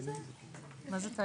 בעצם, מה זה?